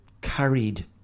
carried